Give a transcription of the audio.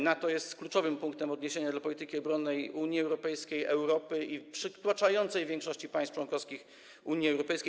NATO jest kluczowym punktem odniesienia do polityki obronnej Unii Europejskiej, Europy i przytłaczającej większości państw członkowskich Unii Europejskiej.